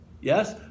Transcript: Yes